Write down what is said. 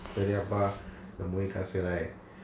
periyappa the movie cast a right